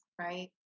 right